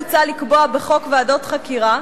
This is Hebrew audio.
מוצע לקבוע בחוק ועדות חקירה,